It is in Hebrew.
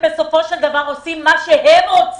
דבר עושים מה שהם רוצים.